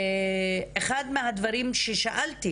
אחד מהדברים ששאלתי